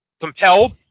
compelled